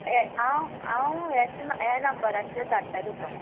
ये हांव हांव ह्याच ह्या नंबराचेर धाडटा तुका